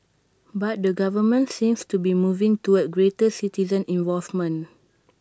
but the government seems to be moving to A greater citizen involvement